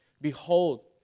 Behold